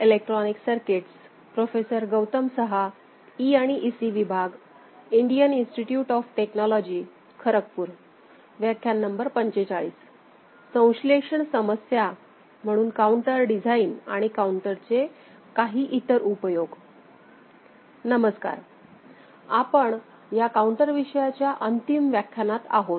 नमस्कार आपण या काउंटर विषयाच्या अंतिम व्याख्यानात आहोत